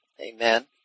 Amen